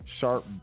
sharp